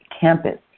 campus